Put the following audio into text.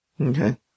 Okay